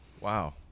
Wow